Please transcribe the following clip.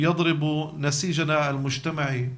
גם של מרכז המחקר